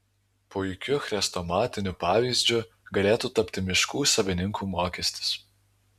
puikiu chrestomatiniu pavyzdžiu galėtų tapti miškų savininkų mokestis